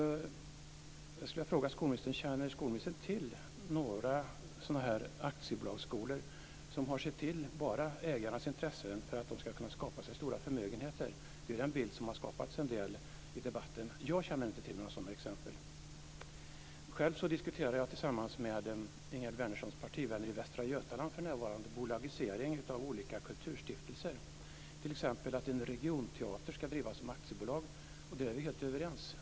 Jag skulle vilja fråga: Känner skolministern till några aktiebolagsskolor som bara har sett till ägarnas intressen för att de ska kunna göra sig stora förmögenheter? Det är den bild som har skapats i debatten. Jag känner inte till några sådana exempel. Själv diskuterade jag och Ingegerd Wärnerssons partivän i Västra Götaland bolagisering av olika kulturstiftelser, t.ex. att en regionteater ska drivas som aktiebolag. Där är vi helt överens.